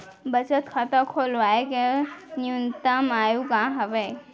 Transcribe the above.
बचत खाता खोलवाय के न्यूनतम आयु का हवे?